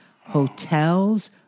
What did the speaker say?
hotels